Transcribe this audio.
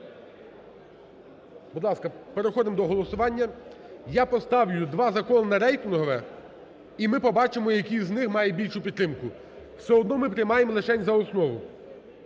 Будь ласка, переходимо до голосування. Я поставлю два закони на рейтингове і ми побачимо, який з них має більшу підтримку. Все одно ми приймаємо лишень за основу.